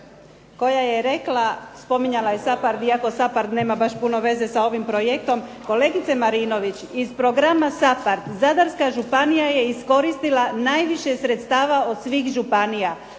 koja je rekla, spominjala je SAPARD iako SAPARD nema baš puno veze sa ovim projektom. Kolegice Marinović, iz programa SAPARD Zadarska županija je iskoristila najviše sredstava od svih županija.